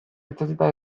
itsatsita